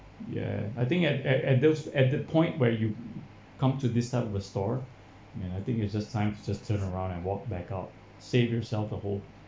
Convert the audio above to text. ya I think at at at those at the point where you come to this type of a store ya I think is just time just turn around and walk back out save yourself the whole